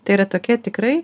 tai yra tokia tikrai